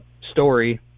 story